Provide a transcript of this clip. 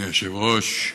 אדוני היושב-ראש,